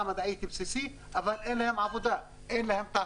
מדעית בסיסית אבל אין להם עבודה ותעסוקה,